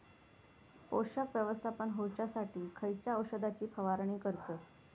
पोषक व्यवस्थापन होऊच्यासाठी खयच्या औषधाची फवारणी करतत?